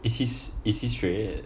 is he is he straight